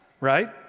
Right